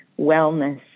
wellness